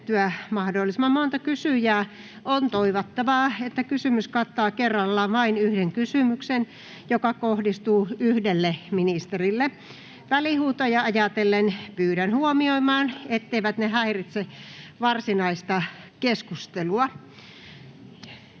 mahdollisimman monta kysyjää, on toivottavaa, että kysymys kattaa kerrallaan vain yhden kysymyksen, joka kohdistuu yhdelle ministerille. Välihuutoja ajatellen pyydän huomioimaan, etteivät ne häiritse varsinaista keskustelua.